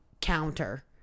counter